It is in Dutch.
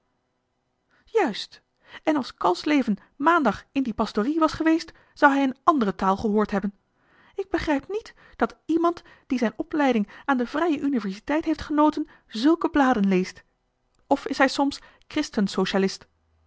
juist en als kalfsleven maandag in die pastorie was geweest zou hij een andere taal gehoord hebben ik begrijp niet dat iemand die zijn opleiding aan de vrije universiteit heeft genoten zulke bladen leest of is hij soms